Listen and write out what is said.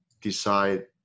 decide